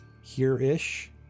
here-ish